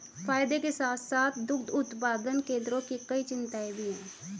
फायदे के साथ साथ दुग्ध उत्पादन केंद्रों की कई चिंताएं भी हैं